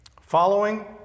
following